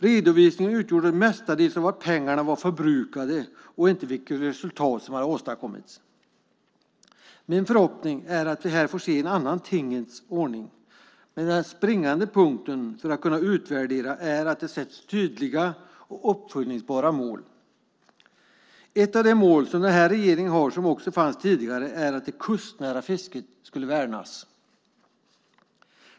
Redovisningen utgjordes mestadels av formuleringar om att pengarna var förbrukade, inte om vilket resultat som hade åstadkommits. Min förhoppning är att vi här får se en annan tingens ordning. Den springande punkten för att kunna göra en utvärdering är att tydliga och uppföljbara mål sätts upp. Ett av de mål som den här regeringen har och som också fanns tidigare är att det kustnära fisket ska värnas.